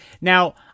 Now